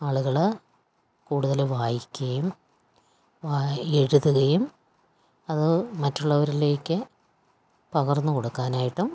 ആളുകൾ കൂടുതൽ വായിക്കുകയും എഴുതുകയും അത് മറ്റുള്ളവരിലേക്ക് പകർന്നുകൊടുക്കാനായിട്ടും